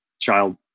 child